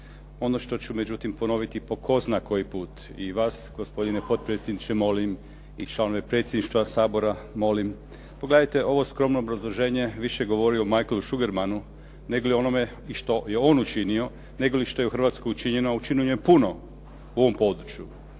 Ono što ću međutim ponoviti po tko zna koji put i vas gospodine potpredsjedniče molim i članove predsjedništva Sabora molim, pogledajte ovo skromno obrazloženje više govori o Michaelu Shugermanu nego li o onome što je on učinio, nego li što je u Hrvatskoj učinjeno, a učinjeno je puno u ovom području,